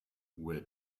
where